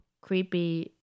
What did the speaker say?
creepy